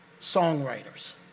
songwriters